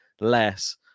less